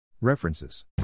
References